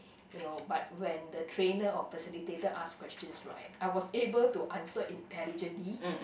you know but when the trainer or facilitator ask questions right I was able to answer intelligently